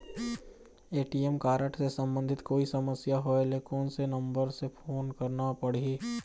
ATM card से संबंधित कोई समस्या होय ले, कोन से नंबर से फोन करना पढ़ही?